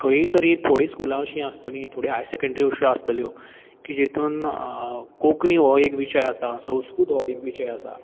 खंयतरी थोडीं स्कुलां अशीं आसतलीं थोडीं हायर सेकेंडरी अश्यो आसतल्यो की जितून कोंकणी हो एक विशय आसा संस्कृत हो एक विशय आसा